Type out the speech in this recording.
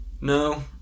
No